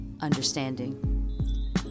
understanding